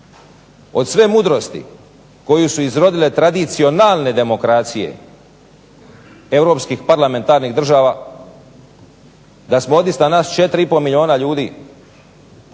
od sve mudrosti koju su izrodile tradicionalne demokracije europskih parlamentarnih država, da smo odista nas 4,5 milijuna ljudi